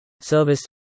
service